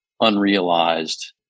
unrealized